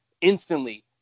instantly